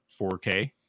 4k